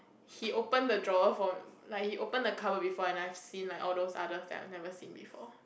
he open the drawer for like he open the colour before and I seen like no other that are I never seen before